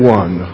one